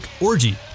orgy